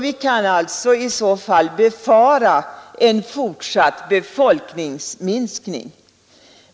Vi kan i så fall befara en fortsatt befolkningsminskning.